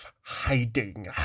hiding